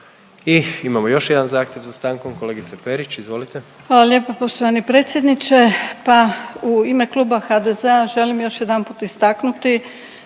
I imamo još jedan zahtjev za stankom kolegice Perić, izvolite. **Perić, Grozdana (HDZ)** Hvala lijepa poštovani predsjedniče. Pa u ime kluba HDZ-a želim još jedanput istaknuti